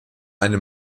eine